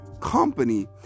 company